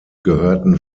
gehörten